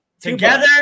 Together